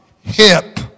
hip